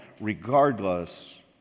regardless